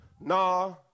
Nah